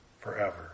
forever